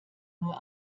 nur